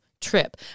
trip